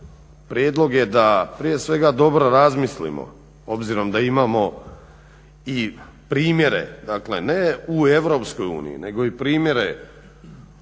Prijedlog je da prije svega dobro razmislimo obzirom da imamo i primjere, dakle ne u Europskoj uniji nego i primjere kako